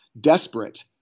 desperate